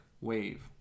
wave